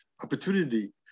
opportunity